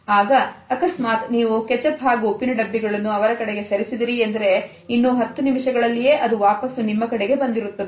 ಆಗ ಅಕಸ್ಮಾತ್ ನೀವು ಕೆಚಪ್ ಹಾಗೂ ಉಪ್ಪಿನ ಡಬ್ಬಿಗಳನ್ನು ಅವರ ಕಡೆಗೆ ಸರಿಸಿದಿರಿ ಎಂದರೆ ಇನ್ನು ಹತ್ತು ನಿಮಿಷಗಳಲ್ಲಿಯೇ ಅದು ವಾಪಸ್ಸು ನಿಮ್ಮ ಕಡೆಗೆ ಬಂದಿರುತ್ತದೆ